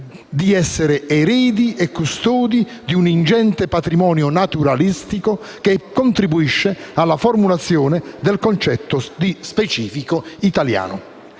di essere eredi e custodi di un ingente patrimonio naturalistico, che contribuisce alla formazione del concetto di "specifico italiano".